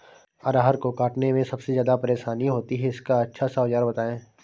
अरहर को काटने में सबसे ज्यादा परेशानी होती है इसका अच्छा सा औजार बताएं?